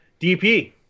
DP